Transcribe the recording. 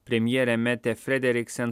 premjerė metė frederiksen